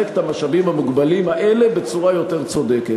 את המשאבים המוגבלים האלה בצורה יותר צודקת.